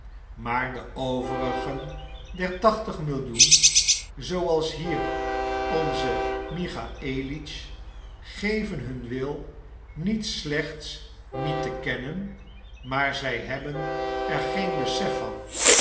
maar de overigen der tachtig millioen zooals hier onze michaëlitsch geven hun wil niet slechts niet te kennen maar zij hebben er geen besef van